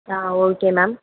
ah okay ma'am